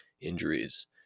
injuries